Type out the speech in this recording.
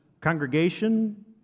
congregation